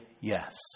yes